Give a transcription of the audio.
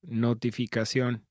Notificación